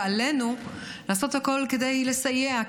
ועלינו לעשות הכול כדי לסייע,